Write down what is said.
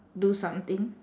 do something